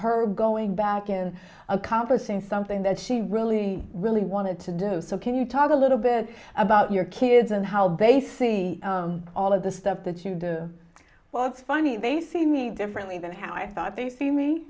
her going back in a conversation something that she really really wanted to do so can you talk a little bit about your kids and how they see all of the stuff that you do well it's funny they see me differently than how i thought they see me